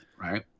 right